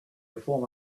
perform